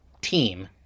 team